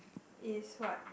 is what